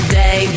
day